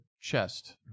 chest